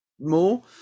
more